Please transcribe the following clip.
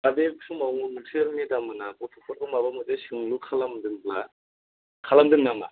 दा बे समाव नोंसोर मेदाममोनहा गथ'फोरखौ माबा मोनसे सोंलु खालामदोंब्ला खालामदों नामा